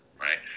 Right